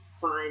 fine